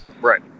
Right